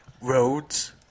Roads